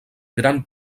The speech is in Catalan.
gran